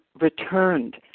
returned